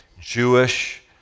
Jewish